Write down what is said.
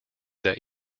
that